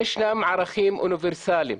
יש גם ערכים אוניברסאליים,